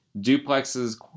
duplexes